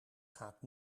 gaat